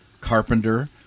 Carpenter